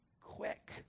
Quick